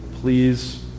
Please